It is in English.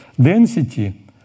density